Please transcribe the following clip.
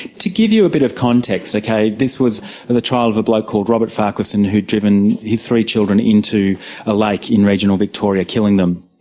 to give you a bit of context, ok, this was and the child of a bloke called robert farquharson who'd driven his three children into a lake like in regional victoria, killing them.